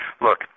Look